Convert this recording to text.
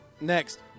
Next